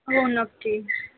हो नक्की